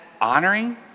honoring